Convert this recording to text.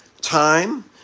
time